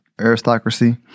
aristocracy